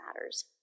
matters